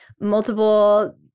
multiple